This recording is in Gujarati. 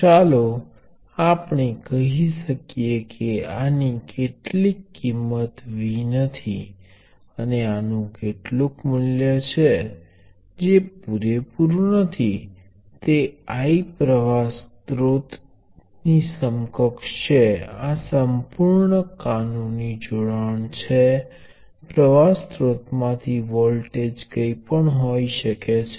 હવે તે જ રીતે આપણે આ બે નોડ વચ્ચે શૂન્ય ઇન્ડક્ટન્સ તરીકે પણ વિચારી શકીએ છીએ કારણ કે આપણે જાણીએ છીએ કે V એ L didt છે તેનો અર્થ એ છે કે સમયની સાપેક્ષે વિકલન કરતા કોઈપણ મર્યાદિત મૂલ્ય માટે વોલ્ટેજ હજી પણ 0 રહેશે